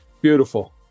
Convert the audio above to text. Beautiful